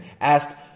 Asked